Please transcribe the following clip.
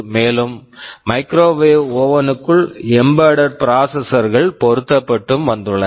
மேலும் microwave oven microwave oven க்குள் embedded processor embedded processor கள் பொருத்தப்பட்டும் வந்துள்ளன